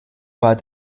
war